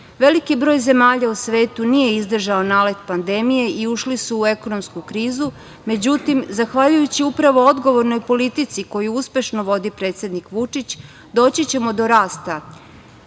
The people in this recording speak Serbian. stanja. Veliki broj zemalja u svetu nije izdržao nalet pandemije i ušli su u ekonomsku krizu. Međutim, zahvaljujući upravo odgovornoj politici koju uspešno vodi predsednik Vučić doći ćemo do rasta